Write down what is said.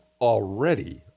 already